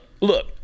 look